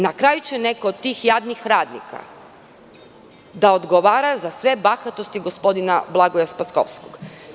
Na kraju će neki od tih jadnih radnika da odgovara za sve bahatosti gospodina Blagoja Spashovskog.